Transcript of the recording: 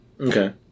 Okay